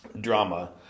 drama